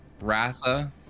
Ratha